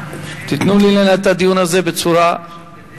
תיתנו לי לנהל את הדיון הזה בצורה חוקית,